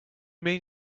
mean